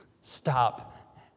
stop